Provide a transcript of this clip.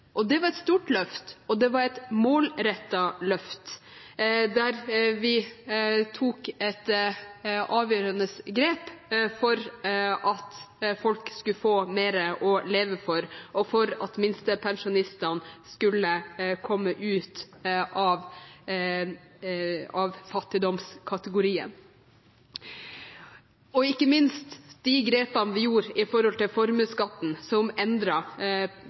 Det var et stort løft og det var et målrettet løft, der vi tok et avgjørende grep for at folk skulle få mer å leve for, og for at minstepensjonistene skulle komme ut av fattigdomskategorien. Og ikke minst tok vi grep med hensyn til formuesskatten, der vi gjorde endringer: fra å ramme eldre med penger på sparekontoen til